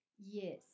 Yes